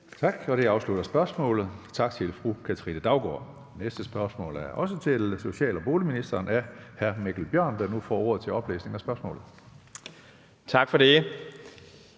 Tak, og det afslutter spørgsmålet. Tak til fru Katrine Daugaard. Det næste spørgsmål er også til social- og boligministeren, og det er af hr. Mikkel Bjørn, der nu får ordet til oplæsning af spørgsmålet. Kl.